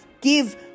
give